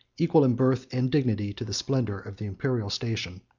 equal in birth and dignity to the splendor of the imperial station.